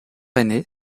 aînée